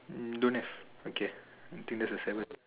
um don't have okay I think that's the seventh